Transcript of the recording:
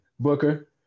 Booker